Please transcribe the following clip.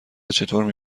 چطور